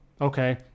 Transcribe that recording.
Okay